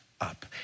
up